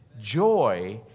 Joy